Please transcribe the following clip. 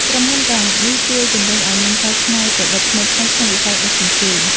ក្រុមហ៊ុនទាំងនេះជួយជំរុញឱ្យមានការច្នៃប្រឌិតថ្មីៗក្នុងវិស័យដឹកជញ្ជូន។